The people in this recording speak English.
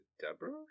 Deborah